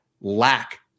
lack